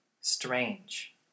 strange